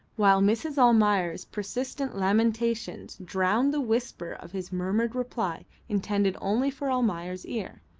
while mrs. almayer's persistent lamentations drowned the whisper of his murmured reply intended only for almayer's ear.